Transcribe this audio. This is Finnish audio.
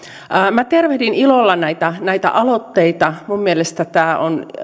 minä tervehdin ilolla näitä näitä aloitteita minun mielestäni